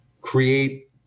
create